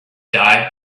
die